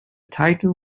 title